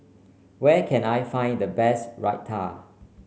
where can I find the best Raita